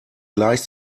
gleich